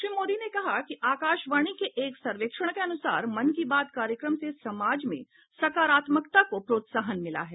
श्री मोदी ने कहा कि आकाशवाणी के एक सर्वेक्षण के अनूसार मन की बात कार्यक्रम से समाज में सकारात्मकता को प्रोत्साहन मिला है